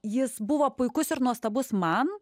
jis buvo puikus ir nuostabus man